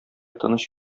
тыныч